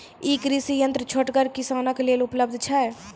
ई कृषि यंत्र छोटगर किसानक लेल उपलव्ध छै?